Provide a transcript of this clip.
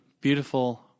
beautiful